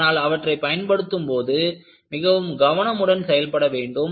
ஆனால் அவற்றை பயன்படுத்தும் போது மிகவும் கவனமுடன் செயல்பட வேண்டும்